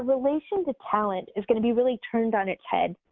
relation to talent is going to be really turned on its head,